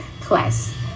class